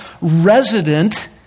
resident